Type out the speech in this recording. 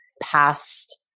past